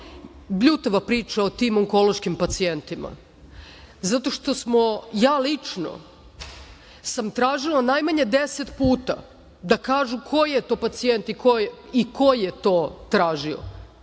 bljutava priča o tim onkološkim pacijentima, zato što sam ja lično tražila najmanje 10 puta da kažu koji je to pacijent i ko je to tražio.